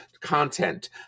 content